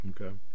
okay